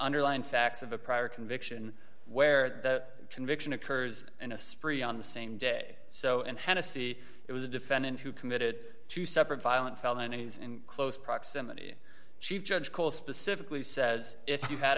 underlying facts of a prior conviction where the conviction occurs in a spree on the same day so in hennessy it was a defendant who committed two separate violent felonies in close proximity chief judge call specifically says if you had